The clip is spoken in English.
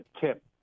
tip